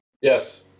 Yes